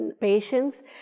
patients